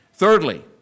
Thirdly